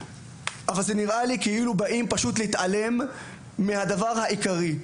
אבל זה נראה כאילו מתעלמים מהדבר העיקרי.